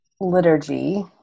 liturgy